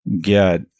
get